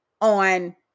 on